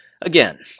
Again